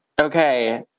Okay